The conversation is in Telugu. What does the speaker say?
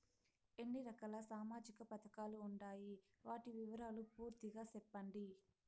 ఎన్ని రకాల సామాజిక పథకాలు ఉండాయి? వాటి వివరాలు పూర్తిగా సెప్పండి?